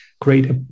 create